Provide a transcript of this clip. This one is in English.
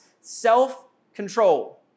self-control